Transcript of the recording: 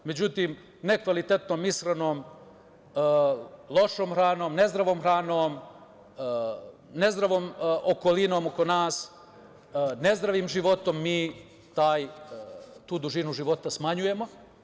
Međutim, nekvalitetnom ishranom, lošom hranom, nezdravom hranom, nezdravom okolinom oko nas, nezdravim životom, mi tu dužinu života smanjujemo.